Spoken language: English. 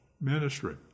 ministry